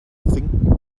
gezinkten